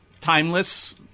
timeless